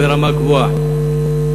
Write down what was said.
וברמה גבוהה.